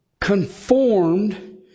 conformed